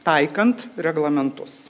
taikant reglamentus